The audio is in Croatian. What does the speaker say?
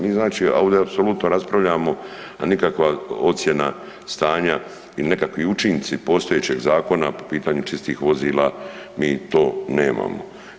Mi znači ovdje apsolutno raspravljamo, a nikakva ocjena stanja ili nekakvi učinci postojećeg zakona po pitanju čistih vozila mi to nemamo.